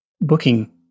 booking